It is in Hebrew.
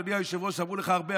אדוני היושב-ראש: אמרו לך הרבה,